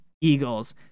Eagles